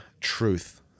truth